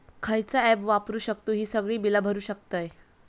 खयचा ऍप वापरू शकतू ही सगळी बीला भरु शकतय?